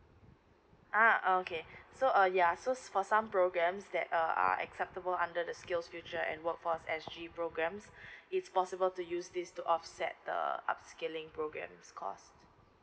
ah okay so uh ya so so for some programs that a uh acceptable under the skills futures and workforce S G programs it's possible to use this to offset the upskilling programs cost